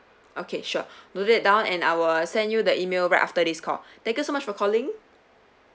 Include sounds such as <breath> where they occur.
okay sure <breath> noted that down and I will send you the email right after this call thank you so much for calling